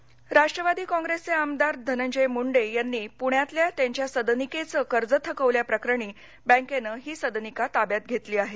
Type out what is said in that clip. मुंडे राष्ट्रवादी काँग्रेसचे आमदार धनंजय मुंडे यांनी पृण्यातल्या त्यांच्या सदनिकेचं कर्ज थकवल्या प्रकरणी बँकेनं ही सदनिका ताब्यात घेतली आहे